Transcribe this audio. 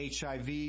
HIV